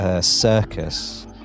circus